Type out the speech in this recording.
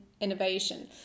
innovation